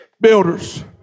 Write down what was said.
builders